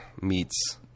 meets